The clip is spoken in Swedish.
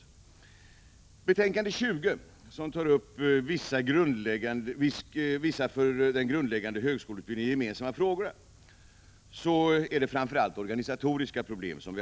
I betänkande 20, som tar upp vissa för den grundläggande högskoleutbildningen gemensamma frågor, behandlas framför allt organisatoriska problem.